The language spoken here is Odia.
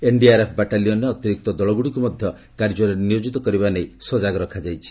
ଏନ୍ଡିଆର୍ଏଫ୍ ବାଟାଲିୟନ୍ରେ ଅତିରିକ୍ତ ଦଳଗୁଡ଼ିକୁ ମଧ୍ୟ କାର୍ଯ୍ୟରେ ନିୟୋଜିତ କରିବା ନେଇ ସଜାଗ ରଖାଯାଇଛି